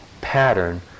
pattern